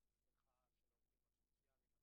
במחאה של העובדים הסוציאליים.